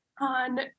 on